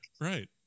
Right